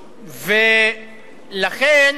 ולכן,